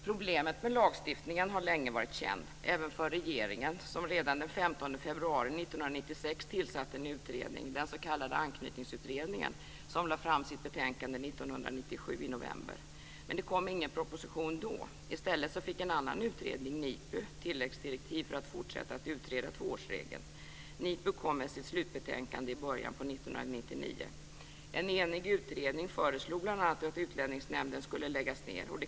Problemet med lagstiftningen har länge varit känt, även för regeringen, som redan den 15 februari 1996 tillsatte en utredning, den s.k. Anknytningsutredningen, som lade fram sitt betänkande i november 1997. Men det kom ingen proposition då. I stället fick en annan utredning, NIPU, tilläggsdirektiv för att fortsätta att utreda tvåårsregeln. NIPU lade fram sitt slutbetänkande i början på 1999. En enig utredning föreslog bl.a. att Utlänningsnämnden skulle läggas ned.